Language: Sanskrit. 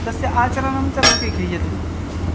तस्य आचरणं च लोके क्रियते